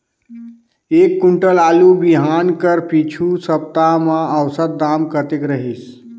एक कुंटल आलू बिहान कर पिछू सप्ता म औसत दाम कतेक रहिस?